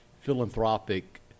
philanthropic